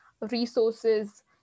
resources